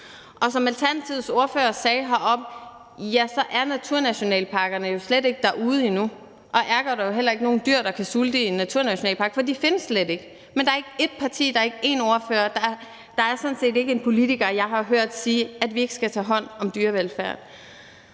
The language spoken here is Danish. Og som Alternativets ordfører sagde heroppe, er naturnationalparkerne jo slet ikke derude endnu, og ergo er der heller ikke nogen dyr, der kan sulte i naturnationalparkerne, for de findes slet ikke. Men der er ikke noget parti, der er ikke nogen ordfører, der er sådan set ikke nogen politiker, jeg har hørt sige, at vi ikke skal tage hånd om dyrevelfærden.